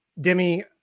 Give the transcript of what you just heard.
Demi